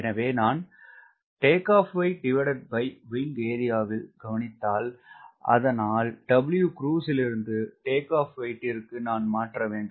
எனவே நான் ல் கவனித்தால் அதனால் Wcruise லிருந்து WT0 விற்கு நான் மாற்ற வேண்டும்